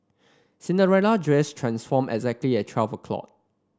Cinderella dress transformed exactly at twelve o' clock